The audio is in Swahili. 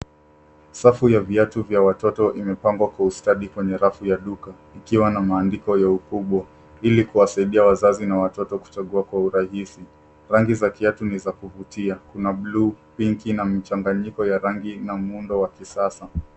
Safu ya viatu vya watoto imepangwa kwa ustadi kwenye rafu ya duka, ikiwa na maandiko ya ukubwa, ili kuwasaidia wazazi na watoto kuchagua kwa urahisi. Rangi za kiatu ni za kuvutia. Kuna blue , pingi, na mchanganyiko ya rangi na muundo wa kisasa.